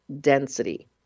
density